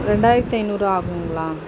ரெண்டாயிரத்து ஐநூறு ரூவா ஆகும்ங்ளா